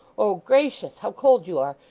oh, gracious! how cold you are!